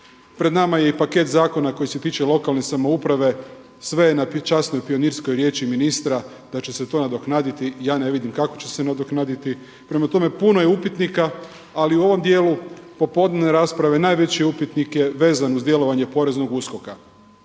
Pred nama je i paket zakona što se tiče lokalne samouprave. Sve je na časnoj i pionirskoj riječi ministra da će se to nadoknaditi. Ja ne vidim kako će se nadoknaditi. Prema tome, puno je upitnika, ali u ovom dijelu popodnevne rasprave najveći upitnik vezan je uz djelovanje poreznog USKOK-a.